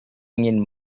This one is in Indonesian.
ingin